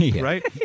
right